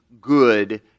good